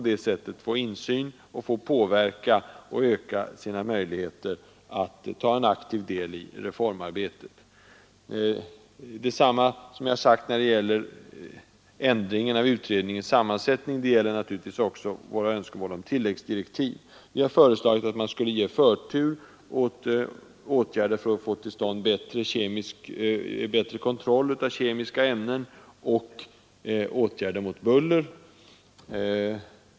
Därigenom får de insyn och möjligheter att ta aktiv del i reformarbetet. Vad jag sagt om ändringen av utredningens sammansättning gäller också våra önskemål om tilläggsdirektiv. Vi har föreslagit att man skulle ge förtur åt åtgärder för att få till stånd bättre kontroll av kemiska ämnen och åtgärder mot buller.